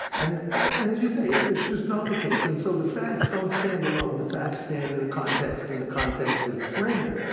and and as you say, it's it's just not the case, and so the facts don't stand alone. the facts stand in a context, and the context is the framing.